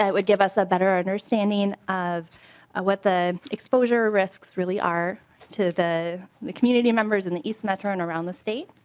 ah would give us a better understanding of what the exposure risks really are to the the community members and the east metro and on the state.